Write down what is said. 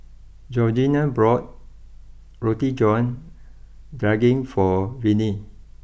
Georgeanna bought Roti John Daging for Vinie